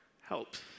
helps